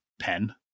pen